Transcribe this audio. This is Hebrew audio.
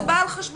זה בא על חשבון.